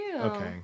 Okay